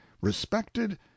respected